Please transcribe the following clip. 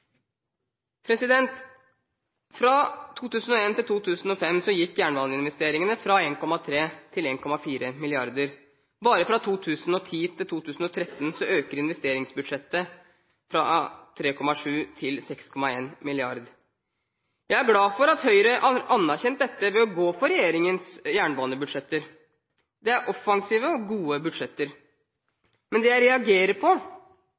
Fra 2001 til 2005 gikk jernbaneinvesteringene fra 1,3 til 1,4 mrd. kr. Bare fra 2010 til 2013 øker investeringsbudsjettet fra 3,7 til 6,1 mrd. kr. Jeg er glad for at Høyre har anerkjent dette ved å gå for regjeringens jernbanebudsjetter. Det er offensive og gode budsjetter. Men det jeg reagerer på